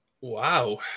Wow